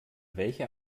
welcher